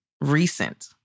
recent